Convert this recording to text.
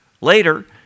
later